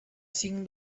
cinc